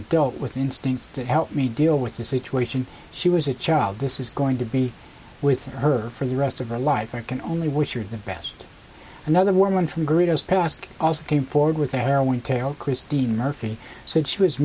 adult with an instinct to help me deal with the situation she was a child this is going to be with her for the rest of her life i can only wish you the best another woman from greta's past also came forward with a harrowing tale christine murphy said she was